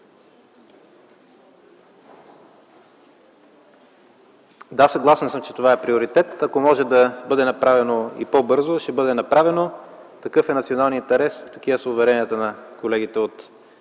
Да, съгласен съм че това е приоритет. Ако може да бъде направено и по-бързо – ще бъде направено. Такъв е националният интерес, такива са уверенията на колегите от